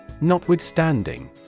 Notwithstanding